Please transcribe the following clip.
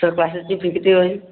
sir क्लासेसची fee किती होईल